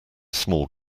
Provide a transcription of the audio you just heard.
small